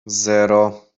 zero